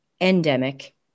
endemic